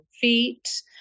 feet